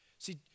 See